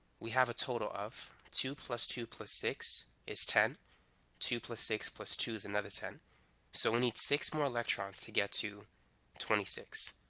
we have a total of two plus two plus six ten two plus six plus two is another ten so we need six more electrons to get to twenty six